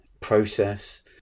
process